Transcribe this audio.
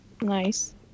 Nice